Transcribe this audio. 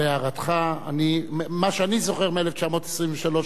ממה שאני זוכר, ב-1923 היה כבר רבע מיליון.